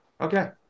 Okay